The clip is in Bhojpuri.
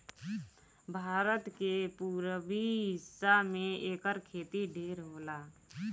भारत के पुरबी हिस्सा में एकर खेती ढेर होला